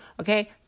okay